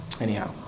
Anyhow